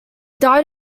died